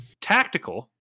tactical